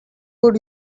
would